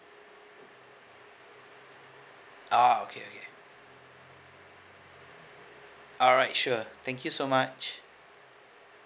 ah okay okay alright sure thank you so much